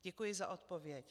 Děkuji za odpověď.